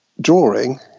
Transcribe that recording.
drawing